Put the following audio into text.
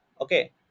Okay